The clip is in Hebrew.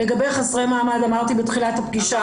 לגבי חסרי מעמד אמרתי בתחילת הפגישה,